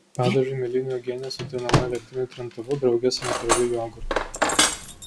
padažui mėlynių uogienė sutrinama elektriniu trintuvu drauge su natūraliu jogurtu